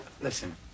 Listen